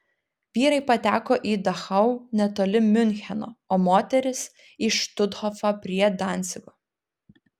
vyrai pateko į dachau netoli miuncheno o moterys į štuthofą prie dancigo